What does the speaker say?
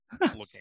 Looking